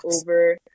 over